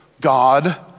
God